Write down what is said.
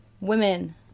women